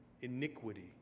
iniquity